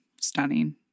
stunning